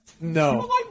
No